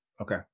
okay